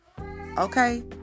okay